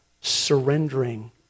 surrendering